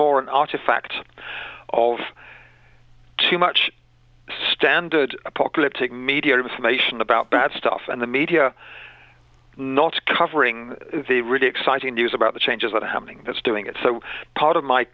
more an artifact of too much standard apocalyptic media information about bad stuff and the media not covering the really exciting news about the changes that are happening that's doing it so part of my